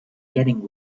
getting